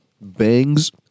Bangs